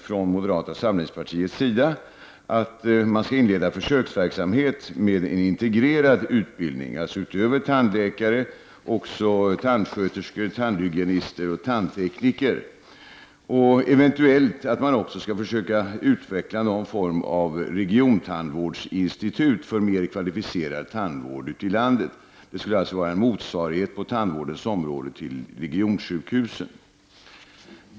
Från moderata samlingspartiets sida har vi föreslagit att det bör inledas en försöksverksamhet med en integrerad utbildning. Det skall alltså inte bara gälla utbildning av tandläkare utan också utbildning till tandsköterska, tandhygienist och tandtekniker. Eventuellt skall man också ute i landet utveckla någon form av regiontandvårdsinstitut för mer kvalificerad tandvård. Detta skulle alltså på tandvårdens område vara en motsvarighet till regionsjukhusen.